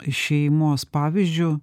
šeimos pavyzdžiu